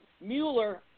Mueller